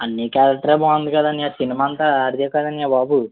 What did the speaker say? అన్నయ్య కారెక్టర్ ఏ బాగుంది కదా అన్నయ్య సినిమా అంతా అడిదే కదా అన్నయ్య బాబు